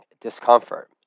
discomfort